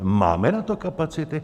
Máme na to kapacity?